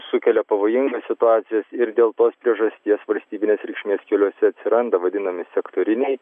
sukelia pavojingas situacijas ir dėl tos priežasties valstybinės reikšmės keliuose atsiranda vadinami sektoriniai